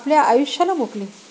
आपल्या आयुष्याला मुकली